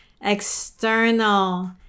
external